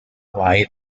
light